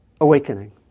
awakening